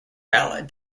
ballad